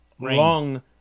long